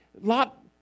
Lot